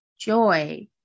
joy